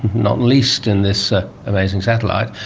not least in this amazing satellite.